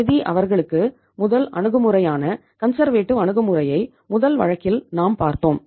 நிதி அவர்களுக்கு முதல் அணுகுமுறையான கன்சர்வேட்டிவ் அணுகுமுறையை முதல் வழக்கில் நாம் பார்த்தோம்